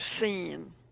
seen